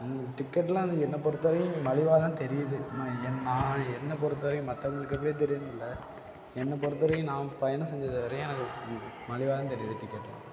இங்கே டிக்கெட்லாம் வந்து என்னை பொறுத்தவரைக்கும் மலிவாகதான் தெரியுது என் நான் என்னை பொறுத்தவரைக்கும் மற்றவங்களுக்கு எப்படி தெரியுதுனு தெரியல என்னை பொறுத்தவரைக்கும் நான் பயணம் செஞ்சது வரையும் மலிவாகதான் தெரியுது டிக்கெட்லாம்